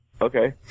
Okay